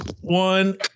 one